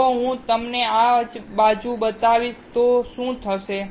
તો જો હું તમને આ બાજુ બતાવીશ તો શું થશે